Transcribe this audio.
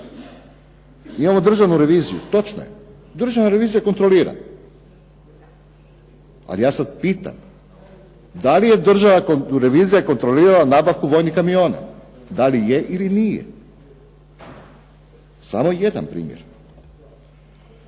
imamo državnu reviziju. Točno je državna revizija kontrolira, ali ja sad pitam da li je državna revizija kontrolirala nabavku vojnih kamiona? Da li je ili nije? Samo je jedan primjer.